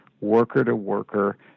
worker-to-worker